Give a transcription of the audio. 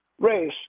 race